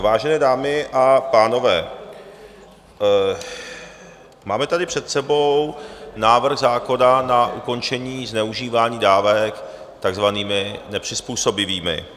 Vážené dámy a pánové, máme tady před sebou návrh zákona na ukončení zneužívání dávek takzvanými nepřizpůsobivými.